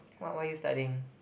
what what are you studying